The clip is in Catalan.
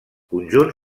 conjunt